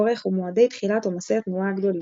אורך ומועדי תחילת עומסי התנועה הגדולים.